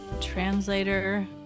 translator